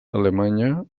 alemanya